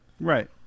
Right